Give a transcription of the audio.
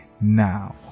now